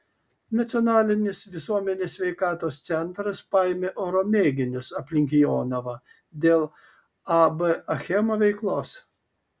nacionalinis visuomenės sveikatos centras paėmė oro mėginius aplink jonavą dėl ab achema veiklos